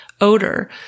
odor